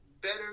better